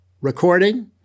recording